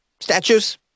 Statues